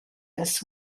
this